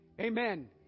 Amen